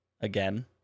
again